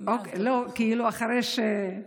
לא, כאילו אחרי, כן.